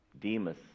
Demas